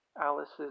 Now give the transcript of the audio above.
Alice's